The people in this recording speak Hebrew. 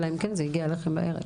אלא אם כן זה הגיע אליכם רק בערב.